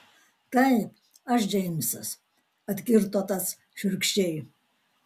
taip aš džeimsas atkirto tas šiurkščiai